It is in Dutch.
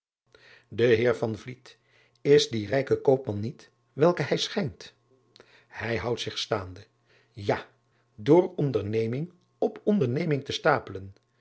e eer is die rijke koopman niet welke hij schijnt ij houdt zich staande ja door onderneming op onderneming te stapelen